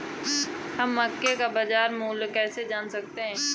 हम मक्के का बाजार मूल्य कैसे जान सकते हैं?